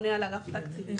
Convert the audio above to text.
והממונה על אגף התקציבים.